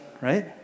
Right